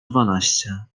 dwanaście